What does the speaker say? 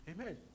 Amen